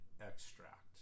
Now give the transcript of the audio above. extract